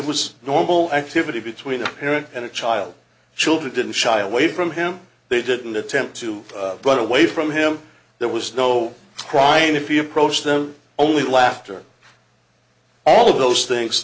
was normal activity between a parent and a child children didn't shy away from him they didn't attempt to run away from him there was no crime if you approach them only laughter all of those things